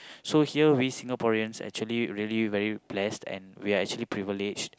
so here we Singaporeans actually really very blessed and we are actually privileged